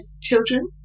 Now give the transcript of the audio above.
children